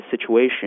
situation